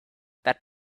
that